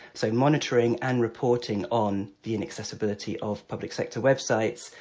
so, monitoring and reporting on the inaccessibility of public sector websites.